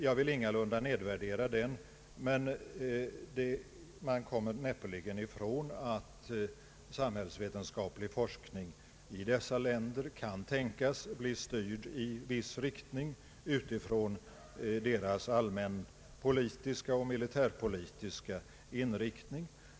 Jag vill ingalunda nedvärdera den, men man kommer näppeligen ifrån att samhällsvetenskaplig forskning i dessa länder kan tänkas bli styrd i viss riktning utifrån ländernas allmänpolitiska och militärpolitiska inriktning.